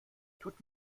tut